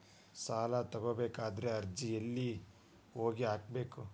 ಸಾಲ ತಗೋಬೇಕಾದ್ರೆ ಅರ್ಜಿ ಎಲ್ಲಿ ಹೋಗಿ ಹಾಕಬೇಕು?